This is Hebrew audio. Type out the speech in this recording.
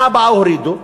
שנה הבאה, הורידו.